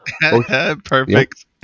perfect